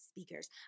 speakers